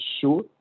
sure